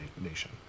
nation